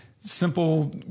simple